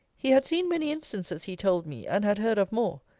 he had seen many instances, he told me, and had heard of more,